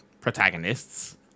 protagonists